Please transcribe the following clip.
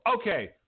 Okay